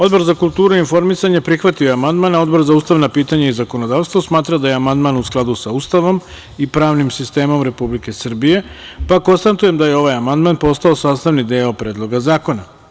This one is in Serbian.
Odbor za kulturu i informisanje prihvatio je amandman, a Odbor za ustavna pitanja i zakonodavstvo smatra da je amandman u skladu sa Ustavom i pravnim sistemom Republike Srbije, pa konstatujem da je ovaj amandman postao sastavni deo Predloga zakona.